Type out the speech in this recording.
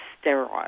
sterile